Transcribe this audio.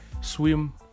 swim